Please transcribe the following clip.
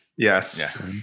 Yes